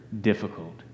difficult